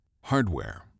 Hardware